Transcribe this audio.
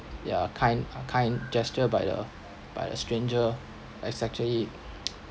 ya kind a kind gesture by the by the stranger has actually